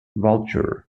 vulture